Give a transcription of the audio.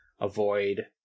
avoid